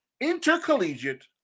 intercollegiate